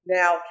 now